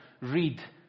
read